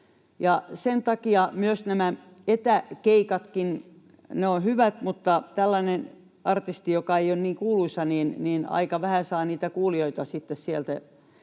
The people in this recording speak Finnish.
erilainen. Nämä etäkeikatkin ovat hyvät, mutta tällainen artisti, joka ei ole niin kuuluisa, aika vähän saa niitä kuulijoita siellä